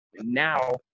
now